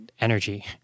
energy